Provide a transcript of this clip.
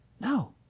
No